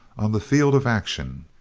on the field of action.